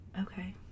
Okay